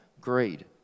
Greed